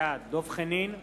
בעד דב חנין,